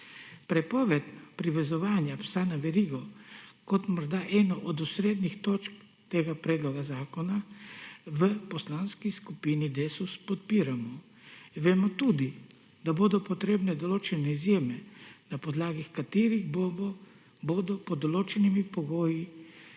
Prepoved privezovanja psa na verigo kot morda eno od osrednjih točk tega predloga zakona v Poslanski skupini Desus podpiramo. Vemo tudi, da bodo potrebne določene izjeme, na podlagi katerih bodo pod določenimi pogoji